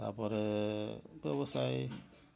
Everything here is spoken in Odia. ତା'ପରେ ବ୍ୟବସାୟ